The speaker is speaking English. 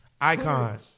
icon